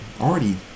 already